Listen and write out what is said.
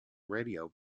radio